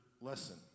lesson